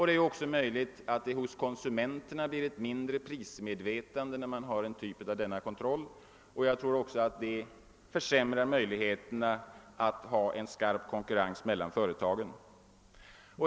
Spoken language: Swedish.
Det är också möjligt att det bland konsumenterna uppstår ett sämre prismedvetande vid en kontroll av denna typ, och jag tror också det försämrar förutsättningarna för en skarp konkurrens mellan företagen.